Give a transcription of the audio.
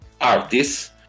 artists